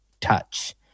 touch